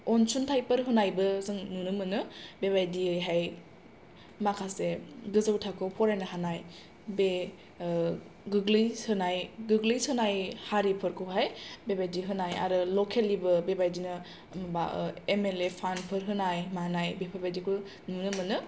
अनसुंथाइफोर होनायबो जों नुनो मोनो बेबादियैहाय माखासे गोजौ थाखोयाव फरायनो हानाय बे गोग्लैसोनाय गोग्लैसोनाय हारिफोरखौहाय बेबादि होनाय आरो लकेलनिबो बे बादिनो माबा एम एल ए फान्डफोर होनाय मानाय बेफोरबादिखौ नुनो मोनो